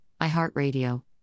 iHeartRadio